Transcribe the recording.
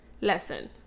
lesson